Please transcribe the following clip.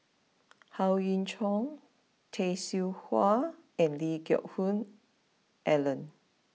Howe Yoon Chong Tay Seow Huah and Lee Geck Hoon Ellen